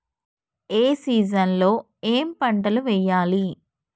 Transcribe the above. ఏ season లో ఏం పంటలు వెయ్యాలి?